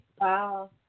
Wow